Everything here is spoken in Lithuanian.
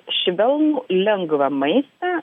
švelnų lengvą maistą